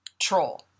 troll